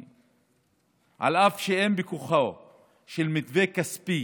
אף על פי שאין בכוחו של מתווה כספי